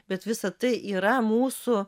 bet visa tai yra mūsų